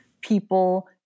people